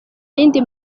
yindi